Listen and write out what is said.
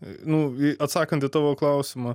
nu atsakant į tavo klausimą